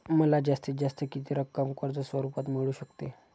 मला जास्तीत जास्त किती रक्कम कर्ज स्वरूपात मिळू शकते?